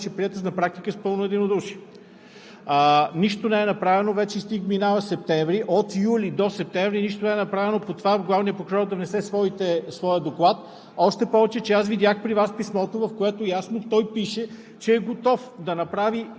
Това е много ясно формулирано и аз не виждам никакви основания решението да се сменя, още повече, че на практика то беше прието с пълно единодушие. Нищо не е направено, вече минава септември. От юли до септември нищо не е направено по това главният прокурор да внесе своя доклад.